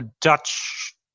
Dutch